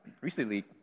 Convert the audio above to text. recently